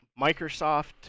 Microsoft